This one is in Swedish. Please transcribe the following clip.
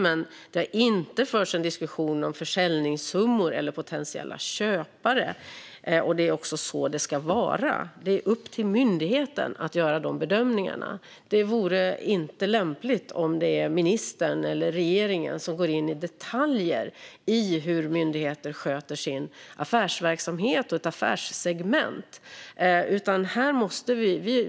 Det har dock inte förts en diskussion om försäljningssummor eller potentiella köpare, och det är också så det ska vara. Det är upp till myndigheten att göra dessa bedömningar. Det vore inte lämpligt att ministern eller regeringen går in i detaljer i hur myndigheter sköter sin affärsverksamhet och ett affärssegment.